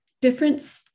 different